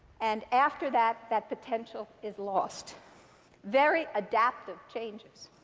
and after that, that potential is lost very adaptive changes.